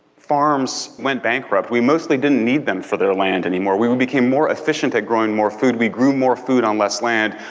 farms went bankrupt. we mostly didn't need them for their land anymore. we we became more efficient at growing food, we grew more food on less land.